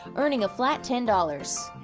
earning a flat ten dollars.